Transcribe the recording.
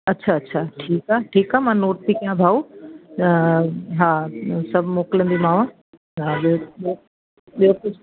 अछा अछा ठीकु आहे ठीकु आहे मां नोट थी कयां भाऊ हा सभु मोकिलींदीमांव हा ॿियो ॿियो कुझु